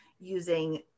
using